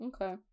Okay